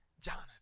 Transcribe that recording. Jonathan